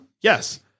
Yes